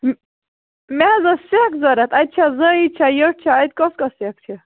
مےٚ مےٚ حظ ٲس سٮ۪کھ ضروٗرت اَتہِ چھا زٲیج چھا وٮ۪ٹھ چھا اَتہِ کۄس کۄس سٮ۪کھ چھِ